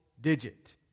digit